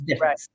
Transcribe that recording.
right